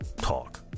talk